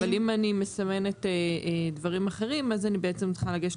אבל אם אני מסמנת דברים אחרים אז אני בעצם אני צריכה לגשת